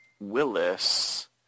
willis